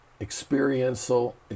experiential